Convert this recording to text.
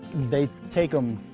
they take them